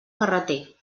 carreter